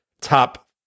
top